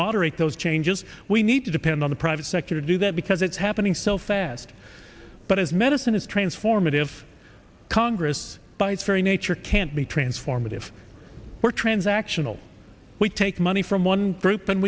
moderate those changes we need to depend on the private sector to do that because it's happening so fast but as medicine is transformative congress by its very nature can't be transformative or transactional we take money from one group and